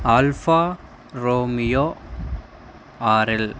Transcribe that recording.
alpha Romeo RL